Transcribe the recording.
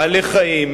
בעלי-חיים,